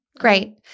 Great